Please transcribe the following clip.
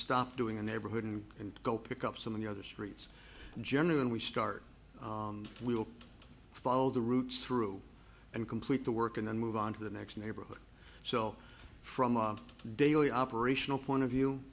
stop doing a neighborhood and go pick up some of the other streets genuine we start we will follow the routes through and complete the work and then move on to the next neighborhood so from a daily operational point of view